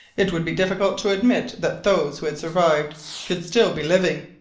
it would be difficult to admit that those who had survived could still be living.